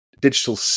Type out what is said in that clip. digital